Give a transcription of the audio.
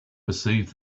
perceived